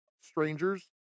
strangers